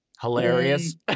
Hilarious